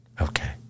okay